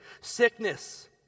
Sickness